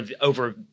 over